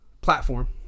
platform